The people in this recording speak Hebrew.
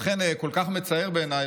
לכן כל כך מצער בעיניי,